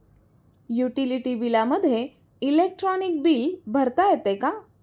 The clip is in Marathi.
युटिलिटी बिलामध्ये इलेक्ट्रॉनिक बिल भरता येते का?